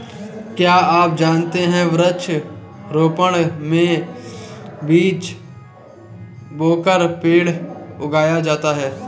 क्या आप जानते है वृक्ष रोपड़ में बीज बोकर पेड़ उगाया जाता है